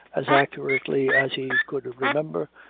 as accurately as he could remember,